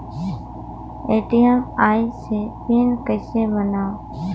ATM आइस ह PIN कइसे बनाओ?